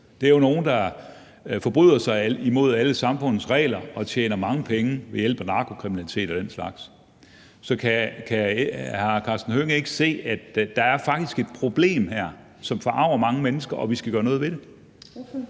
Det er jo nogle, der forbryder sig mod alle samfundets regler og tjener mange penge gennem narkokriminalitet og den slags. Så kan hr. Karsten Hønge ikke se, at der faktisk er et problem her, som forarger mange mennesker, og at vi skal gøre noget ved det?